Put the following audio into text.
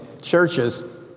churches